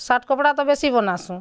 shirt କପଡ଼ା ତ ବେଶୀ ବନାସୁଁ